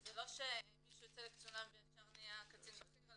וזה לא שמי שיוצא לקצונה וישר נהיה קצין בכיר אלא